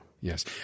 Yes